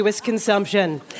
consumption